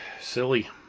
silly